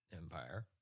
empire